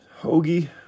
Hoagie